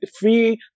free